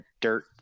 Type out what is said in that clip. dirt